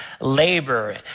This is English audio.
labor